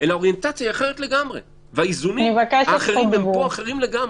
אלא האוריינטציה היא אחרת לגמרי והאיזונים הם פה אחרים לגמרי.